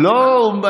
לא.